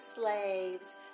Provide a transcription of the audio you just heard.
slaves